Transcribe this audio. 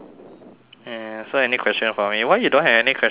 mm so any question for me why you don't have any question for me